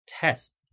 test